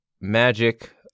magic